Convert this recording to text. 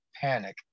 panic